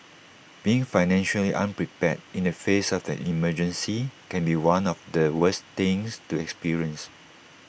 being financially unprepared in the face of an emergency can be one of the worst things to experience